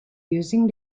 using